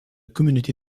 communauté